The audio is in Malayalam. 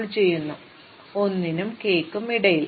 1 നും k നും ഇടയിൽ